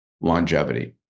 longevity